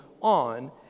on